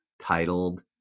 titled